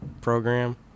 program